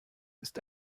ist